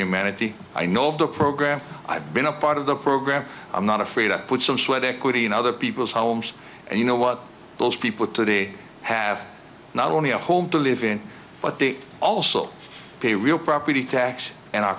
humanity i know of the program i've been a part of the program i'm not afraid to put some sweat equity in other people's homes and you know what those people today have not only a home to live in but they also pay real property tax and o